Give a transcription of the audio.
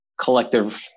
collective